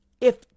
if-